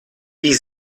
die